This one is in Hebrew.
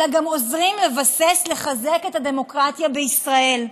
אלא גם עוזרים לבסס ולחזק את הדמוקרטיה בישראל.